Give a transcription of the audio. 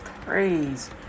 praise